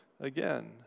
again